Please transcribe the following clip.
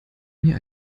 mir